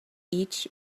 each